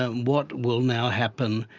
ah and what will now happen,